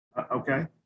okay